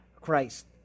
Christ